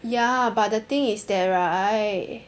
ya but the thing is that right